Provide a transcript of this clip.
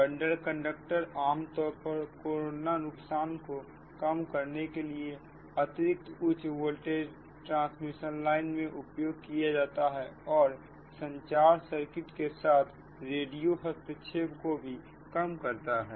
bundle conductor आमतौर पर corona नुकसान को कम करने के लिए अतिरिक्त उच्च वोल्टेज ट्रांसमिशन लाइन में उपयोग किया जाता है और संचार सर्किट के साथ रेडियो हस्तक्षेप को भी कम करता है